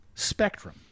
spectrum